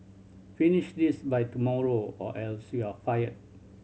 finish this by tomorrow or else you'll fired